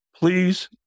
Please